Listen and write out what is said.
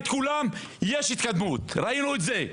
כולם אז יש התקדמות וראינו את זה קורה,